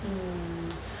mm